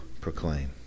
proclaim